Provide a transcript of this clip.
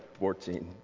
14